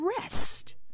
rest